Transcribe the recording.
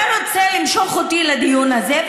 אתה רוצה למשוך אותי לדיון הזה,